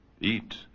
Eat